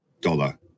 dollar